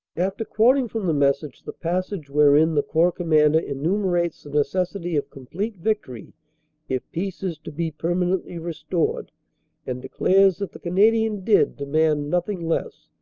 after quoting from the message the passage wherein the corps commander enumerates the necessity of complete vic tory if peace is to be permanently restored and declares that the canadian dead demand nothing less,